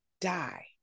die